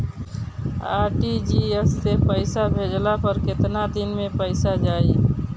RTGS से पईसा भेजला पर केतना दिन मे पईसा जाई?